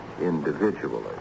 individually